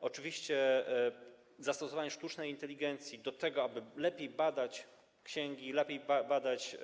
Oczywiście zastosowanie sztucznej inteligencji do tego, aby lepiej badać księgi, lepiej badać